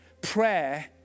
Prayer